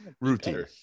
routine